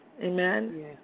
Amen